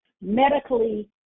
medically